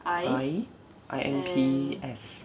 I I M P S